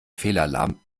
fehlalarm